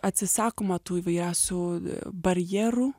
atsisakoma tų įvairiausių barjerų